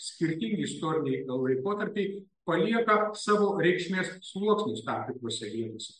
skirtingi istoriniai laikotarpiai palieka savo reikšmės sluoksnius tam tikrose vietose